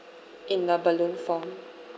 in a balloon form